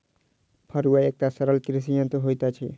फड़ुआ एकटा सरल कृषि यंत्र होइत अछि